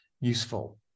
useful